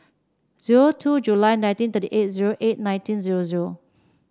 zero two July nineteen thirty eight zero eight nineteen zero zero